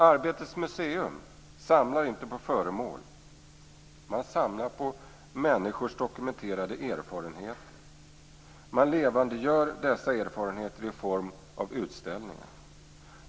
Arbetets museum samlar inte på föremål. Man samlar på människors dokumenterade erfarenheter. Man levandegör dessa erfarenheter i form av utställningar.